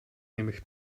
nämlich